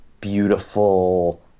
beautiful